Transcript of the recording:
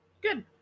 Good